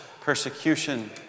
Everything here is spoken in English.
persecution